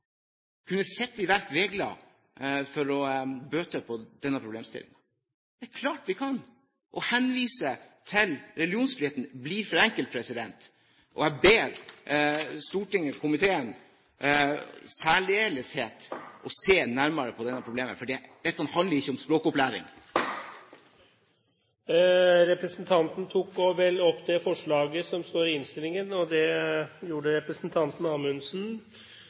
kunne sette i verk regler for å bøte på denne problemstillingen. Det er klart vi kan det. Å henvise til religionsfriheten blir for enkelt. Jeg ber Stortinget og komiteen i særdeleshet om å se nærmere på dette problemet, for dette handler ikke om språkopplæring. Jeg tar til slutt opp Fremskrittspartiets forslag. Representanten Per Willy Amundsen har tatt opp det forslaget han refererte til. I forrige sak, som